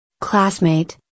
Classmate